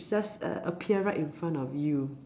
just a~ appear right in front of you